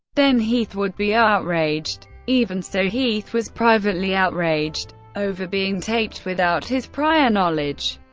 then heath would be outraged. even so, heath was privately outraged over being taped without his prior knowledge.